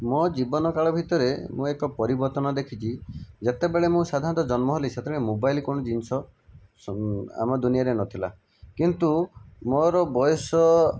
ମୋ ଜୀବନ କାଳ ଭିତରେ ମୁଁ ଏକ ପରିବର୍ତ୍ତନ ଦେଖିଛି ଯେତେବେଳେ ମୁଁ ସାଧାରଣତଃ ଜନ୍ମ ହେଲି ସେତେବେଳେ ମୋବାଇଲ କଣ ଜିନିଷ ଆମ ଦୁନିଆରେ ନଥିଲା କିନ୍ତୁ ମୋର ବୟସ